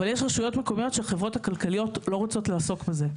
אבל יש רשויות מקומיות שהחברות הכלכליות לא רוצות לעסוק בזה.